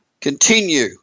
continue